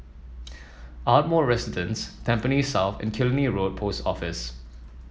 Ardmore Residence Tampines South and Killiney Road Post Office